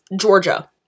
Georgia